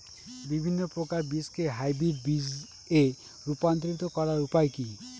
বিভিন্ন প্রকার বীজকে হাইব্রিড বীজ এ রূপান্তরিত করার উপায় কি?